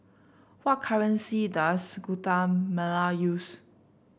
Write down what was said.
what currency does Guatemala use